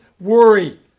worry